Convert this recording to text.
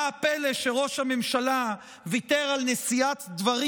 מה הפלא שראש הממשלה ויתר על נשיאת דברים